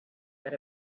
that